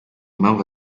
impamvu